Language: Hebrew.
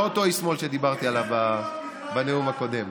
לא אותו איש שמאל שדיברתי עליו בדיון הקודם,